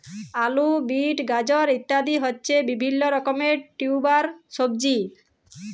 আলু, বিট, গাজর ইত্যাদি হচ্ছে বিভিল্য রকমের টিউবার সবজি